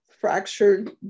fractured